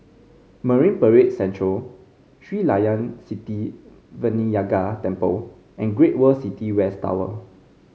Marine Parade Central Sri Layan Sithi Vinayagar Temple and Great World City West Tower